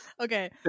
Okay